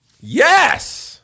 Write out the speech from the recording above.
Yes